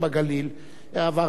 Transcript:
עברתי דרך שפרעם,